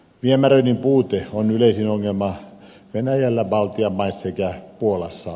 viemäröinnin puute on yleisin ongelma venäjällä baltian maissa sekä puolassa